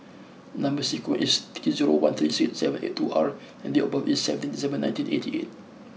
number sequence is T zero one three six seven eight two R and date of birth is seventeenth December nineteen eighty eight